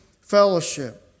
fellowship